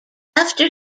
after